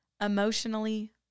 emotionally